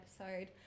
episode